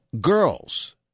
girls